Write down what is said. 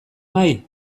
nahi